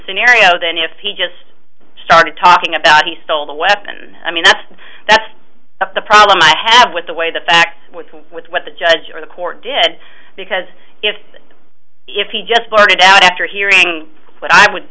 scenario than if he just started talking about he stole the weapon i mean that's that's the problem i have with the way the facts with which what the judge or the court did because if if he just blurted out after hearing what i would